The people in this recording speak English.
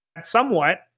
somewhat